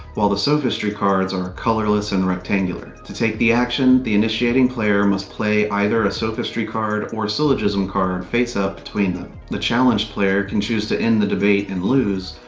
while the sophistry cards are colorless and rectangular. to take the action, the initiating player must play either a sophistry card or syllogism card faceup between them. the challenged player can choose to end the debate and lose,